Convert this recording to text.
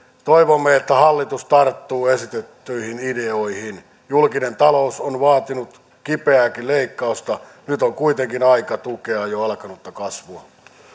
toivomme että hallitus tarttuu esitettyihin ideoihin julkinen talous on vaatinut kipeääkin leikkausta nyt on kuitenkin aika tukea jo alkanutta kasvua